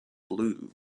blue